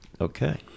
Okay